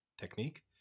technique